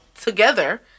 together